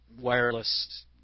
wireless